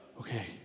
okay